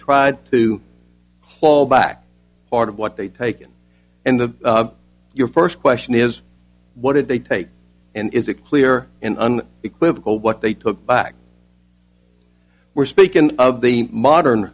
tried to haul back part of what they'd taken and the your first question is what did they take and is it clear in on equivocal what they took back we're speaking of the modern